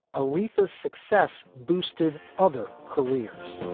aretha success boosted other careers